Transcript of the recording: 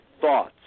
thoughts